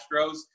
Astros